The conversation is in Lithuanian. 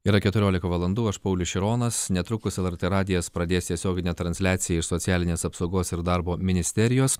yra keturiolika valandų aš paulius šironas netrukus lrt radijas pradės tiesioginę transliaciją iš socialinės apsaugos ir darbo ministerijos